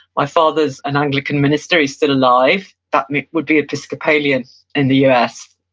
my father's an anglican minister, he's still alive, that would be episcopalian in the us.